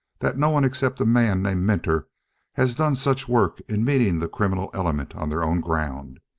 that no one except a man named minter has done such work in meeting the criminal element on their own ground.